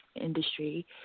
industry